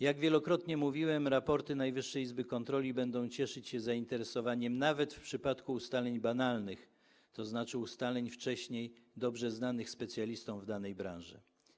Jak wielokrotnie mówiłem, raporty Najwyższej Izby Kontroli będą cieszyć się zainteresowaniem nawet w przypadku ustaleń banalnych, tzn. ustaleń wcześniej dobrze znanych specjalistom w danej branży.